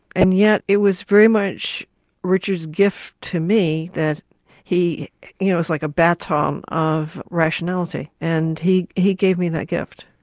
and yet it was very much richard's gift to me that he you know was like a baton of rationality and he he gave me that gift.